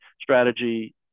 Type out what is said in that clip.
strategy